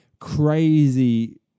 crazy